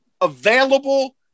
available